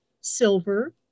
Silver